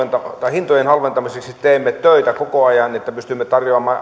hintojen halventamiseksi teemme töitä koko ajan niin että pystymme tarjoamaan